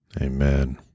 Amen